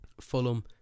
Fulham